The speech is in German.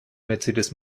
mercedes